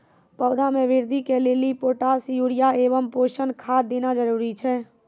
पौधा मे बृद्धि के लेली पोटास यूरिया एवं पोषण खाद देना जरूरी छै?